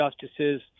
justices